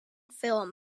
film